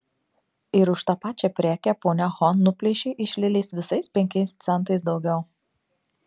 ir už tą pačią prekę ponia ho nuplėšė iš lilės visais penkiais centais daugiau